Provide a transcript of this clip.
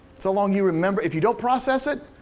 so long you remember, if you don't process it,